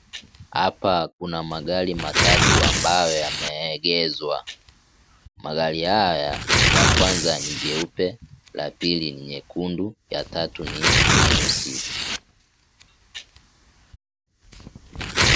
Hapa kuna magari matatu ambayo yameegezwa. Magari haya, la kwanza ni jeupe, la pili ni nyekundu ya tatu ni nyuesi.